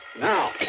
Now